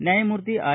ನ್ಯಾಯಮೂರ್ತಿ ಆರ್